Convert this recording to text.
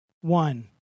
one